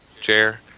chair